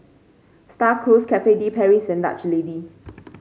Star Cruise Cafe De Paris and Dutch Lady